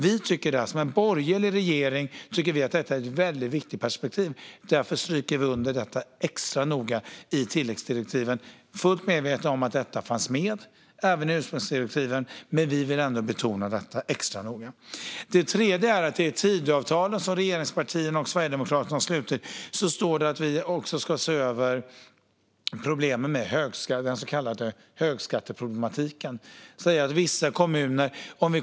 Vi är en borgerlig regering, och vi tycker att detta är ett viktigt perspektiv i utjämningssystemet. Därför stryker vi under det extra noga i tillläggsdirektiven, fullt medvetna om att det fanns med även i ursprungsdirektiven - men vi vill ändå betona detta extra noga. I Tidöavtalet, som regeringspartierna och Sverigedemokraterna har slutit, står det att vi ska se över det så kallade högskatteproblemet.